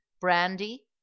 brandy